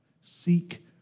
Seek